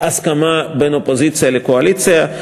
בהסכמה בין אופוזיציה לקואליציה.